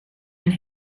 and